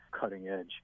cutting-edge